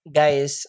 guys